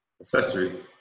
accessory